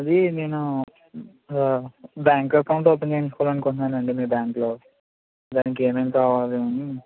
అది నేను bank account open చేయించుకోవాలనుకుంటున్నాను అండి మీ బ్యాంకులో దానికి ఏమేమి కావాలి అని